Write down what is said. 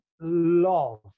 love